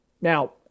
Now